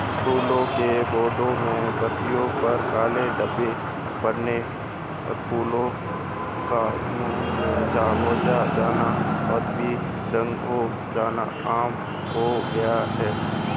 फूलों के पौधे में पत्तियों पर काले धब्बे पड़ना, फूलों का मुरझा जाना और बेरंग हो जाना आम हो गया है